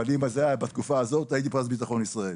אבל אם זה היה בתקופה הזאת הייתי פרס ביטחון ישראל.